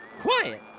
Quiet